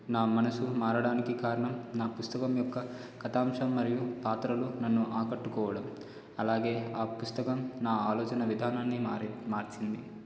నా మనసు మారడానికి కారణం నా పుస్తకం యొక్క కథాంశం మరియు పాత్రలు నన్ను ఆకట్టుకోవడం అలాగే ఆ పుస్తకం నా ఆలోచన విధానాన్ని మారి మార్చింది